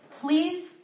please